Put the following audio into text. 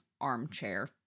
armchair